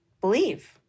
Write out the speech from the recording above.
believe